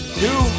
two